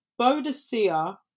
Bodicea